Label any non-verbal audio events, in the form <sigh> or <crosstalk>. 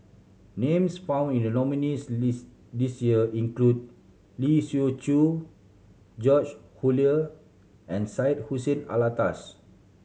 names found in the nominees' list this year include Lee Siew Choh George <unintelligible> and Syed Hussein Alatas